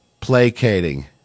placating